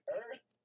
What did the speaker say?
earth